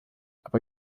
aber